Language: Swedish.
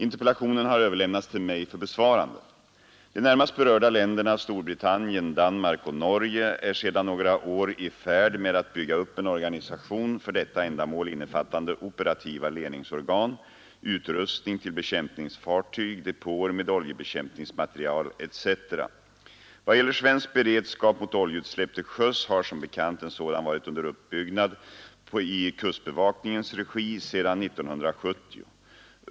Interpellationen har överlämnats till mig för besvarande. De närmast berörda länderna, Storbritannien, Danmark och Norge, är sedan några år i färd med att bygga upp en organisation för detta ändamål innefattande operativa ledningsorgan, utrustning till bekämpningsfartyg, depåer med oljebekämpningsmateriel etc. I vad gäller svensk beredskap mot oljeutsläpp till sjöss har som bekant en sådan varit under uppbyggnad i kustbevakningens regi sedan 1970.